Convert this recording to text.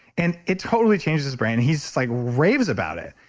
and it totally changed his brain he's like raves about it.